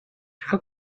how